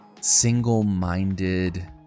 single-minded